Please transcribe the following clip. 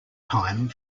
time